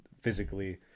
physically